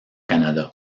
canada